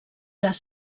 les